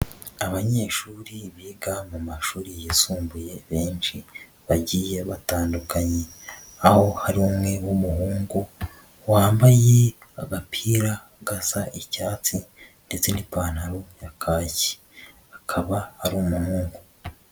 Abanyeshuri biga mu mashuri yisumbuye benshi bagiye batandukanye, aho hari umwe w'umuhungu wambaye agapira gasa icyatsi ndetse n'ipantaro ya kaki, akaba ari umuhungu.